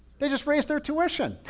they just raised their tuition.